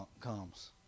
comes